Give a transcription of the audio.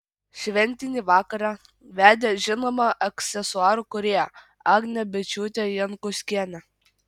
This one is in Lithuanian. šventinį vakarą vedė žinoma aksesuarų kūrėja agnė byčiūtė jankauskienė